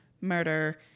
murder